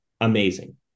amazing